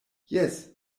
jes